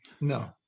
No